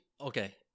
okay